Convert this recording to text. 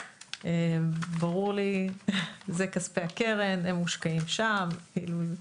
מאוד ברור לי, זה כספי הקרן, הם מושקעים שם וכולי,